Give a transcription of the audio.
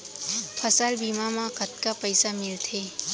फसल बीमा म कतका पइसा मिलथे?